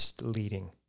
leading